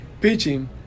pitching